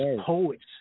poets